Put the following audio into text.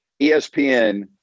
ESPN